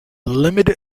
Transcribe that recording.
limited